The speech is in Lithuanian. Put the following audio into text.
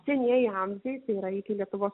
senieji amžiai tai yra iki lietuvos